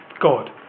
God